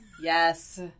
Yes